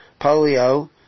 polio